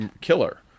killer